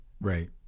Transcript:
Right